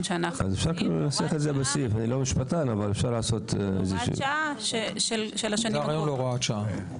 שאנחנו קובעים והוראת שעה של השנים הקרובות.